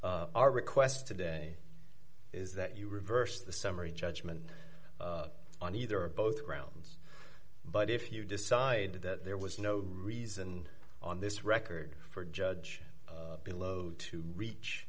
s our request today is that you reverse the summary judgment on either or both grounds but if you decide that there was no reason on this record for judge below to reach